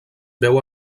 veu